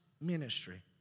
ministry